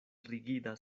rigida